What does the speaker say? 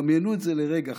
דמיינו את זה לרגע,